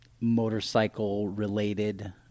motorcycle-related